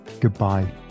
goodbye